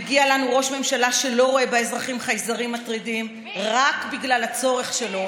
מגיע לנו ראש ממשלה שלא רואה באזרחים חייזרים מטרידים רק בגלל הצורך שלו